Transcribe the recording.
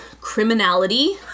criminality